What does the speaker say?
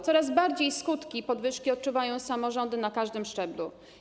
Coraz bardziej skutki podwyżki odczuwają samorządy na każdym szczeblu.